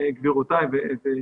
גבירותיי ורבותי,